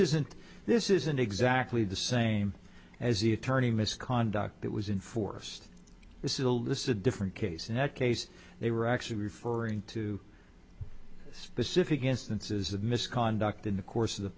isn't this isn't exactly the same as the attorney misconduct that was inforced this is alyssa different case in that case they were actually referring to specific instances of misconduct in the course of the